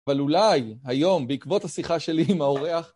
אבל אולי, היום, בעקבות השיחה שלי עם האורח...